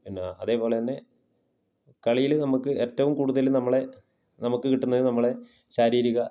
പിന്നെ അതേപോലെ തന്നെ കളിയിൽ നമുക്ക് ഏറ്റവും കൂടുതൽ നമ്മളെ നമുക്ക് കിട്ടുന്നത് നമ്മളെ ശാരീരിക